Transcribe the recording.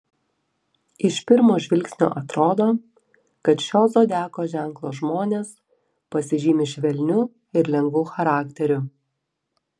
iš pirmo žvilgsnio atrodo kad šio zodiako ženklo žmonės pasižymi švelniu ir lengvu charakteriu